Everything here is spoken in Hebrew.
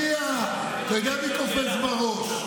אתה יודע מי קופץ בראש.